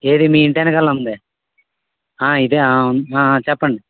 ఏది మీ ఇంటి ఎనకాల ఉంది ఇదా చెప్పండి